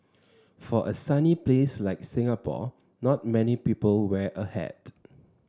for a sunny place like Singapore not many people wear a hat